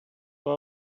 get